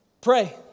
Pray